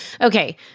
Okay